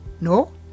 No